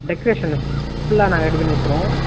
டெக்கரேஷன்னு ஃபுல்லாக நாங்கள் ரெடி பண்ணி கொடுத்துருவோம்